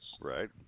right